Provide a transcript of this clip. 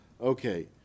Okay